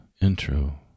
intro